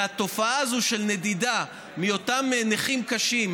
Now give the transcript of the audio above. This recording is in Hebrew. והתופעה הזאת של נדידה מאותם נכים קשים,